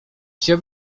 się